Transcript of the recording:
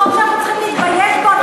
חוק שאנחנו צריכים להתבייש בו.